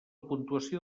puntuació